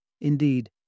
Indeed